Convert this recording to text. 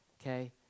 okay